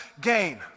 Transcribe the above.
gain